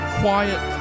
quiet